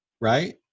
right